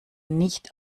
nicht